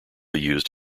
used